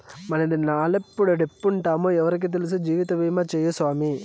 మనదినాలెప్పుడెప్పుంటామో ఎవ్వురికి తెల్సు, జీవితబీమా సేయ్యి సామీ